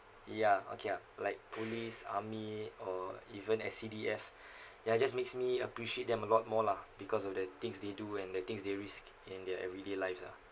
ya okay ah like police army or even S_C_D_F ya just makes me appreciate them a lot more lah because of the things they do and the things they risk in their everyday lives ah